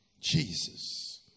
Jesus